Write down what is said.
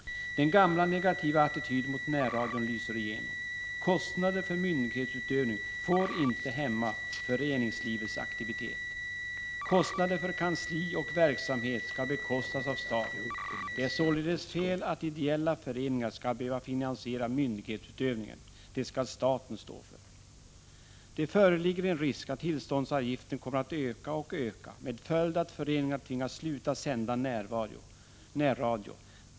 Den gamla negativa attityden mot närradion lyser igenom. Men kostnader för myndighetsutövningen får inte hämma föreningslivets aktivitet. Kostnader för kansli och verksamhet skall bekostas av staten. Det är således fel att ideella föreningar skall behöva finansiera myndighetsutövningen. Detta skall staten stå för. Det föreligger en risk att tillståndsavgiften kommer att öka och öka med följd att föreningar tvingas sluta sända närradio.